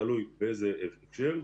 תלוי באיזה מקרה,